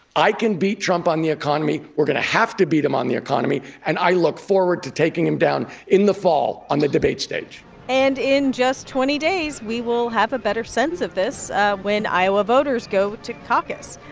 i can beat trump on the economy. we're going to have to beat him on the economy. and i look forward to taking him down in the fall on the debate stage and in just twenty days, we will have a better sense of this when iowa voters go to caucus.